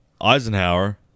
Eisenhower